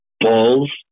balls